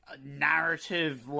narrative